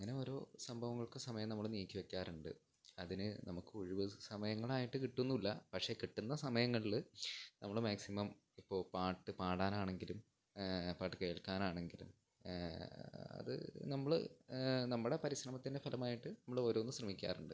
അങ്ങനെയോരോ സംഭവങ്ങൾക്കും സമയം നമ്മള് നീക്കിവെയ്ക്കാറുണ്ട് അതിന് നമുക്ക് ഒഴിവുസമയങ്ങളായിട്ട് കിട്ടുന്നുമില്ല പക്ഷെ കിട്ടുന്ന സമയങ്ങളില് നമ്മള് മാക്സിമം ഇപ്പോള് പാട്ട് പാടാനാണെങ്കിലും പാട്ട് കേൾക്കാനാണെങ്കിലും അത് നമ്മള് നമ്മുടെ പരിശ്രമത്തിന്റെ ഫലമായിട്ട് നമ്മളോരോന്ന് ശ്രമിക്കാറുണ്ട്